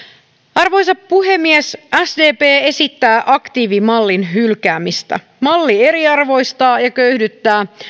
arvoisa puhemies sdp esittää aktiivimallin hylkäämistä malli eriarvoistaa ja köyhdyttää